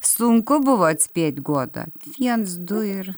sunku buvo atspėt guoda viens du ir